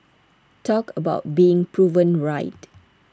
talk about being proven right